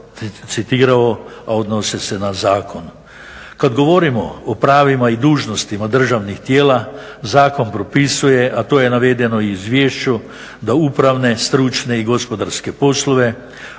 Kad govorimo o pravima i dužnostima državnih tijela Zakon propisuje a to je navedeno i u izvješću da upravne, stručne i gospodarske poslove